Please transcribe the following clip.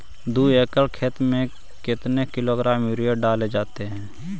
दू एकड़ खेत में कितने किलोग्राम यूरिया डाले जाते हैं?